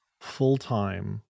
full-time